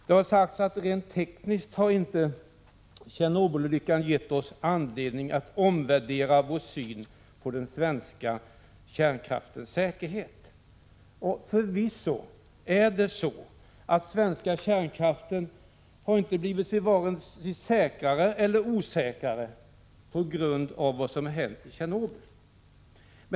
Det har sagts att rent tekniskt har inte Tjernobylolyckan gett oss anledning att omvärdera vår syn på den svenska kärnkraftens säkerhet. Förvisso har den svenska kärnkraften inte blivit vare sig säkrare eller osäkrare på grund av vad som har hänt i Tjernobyl.